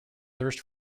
thirst